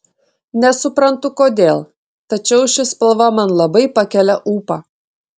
nesuprantu kodėl tačiau ši spalva man labai pakelia ūpą